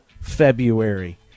February